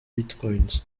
bitcoins